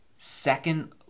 Second